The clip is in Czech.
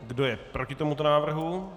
Kdo je proti tomuto návrhu?